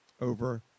over